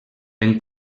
ben